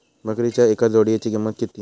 बकरीच्या एका जोडयेची किंमत किती?